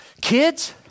Kids